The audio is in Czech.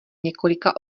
několika